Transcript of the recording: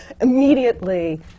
immediately